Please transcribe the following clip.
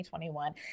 2021